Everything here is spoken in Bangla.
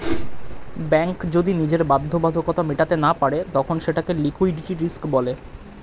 ব্যাঙ্ক যদি নিজের বাধ্যবাধকতা মেটাতে না পারে তখন সেটাকে লিক্যুইডিটি রিস্ক বলে